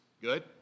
Good